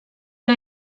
que